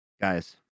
guys